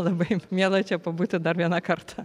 labai miela čia pabūti dar vieną kartą